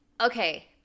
okay